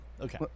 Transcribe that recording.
Okay